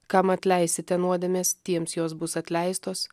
kam atleisite nuodėmes tiems jos bus atleistos